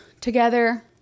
together